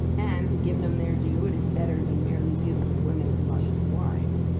and, to give them their due, it is better than merely beautiful women and luscious wine.